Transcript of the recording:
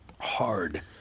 hard